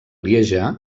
lieja